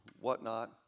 whatnot